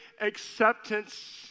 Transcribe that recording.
acceptance